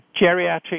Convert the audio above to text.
geriatric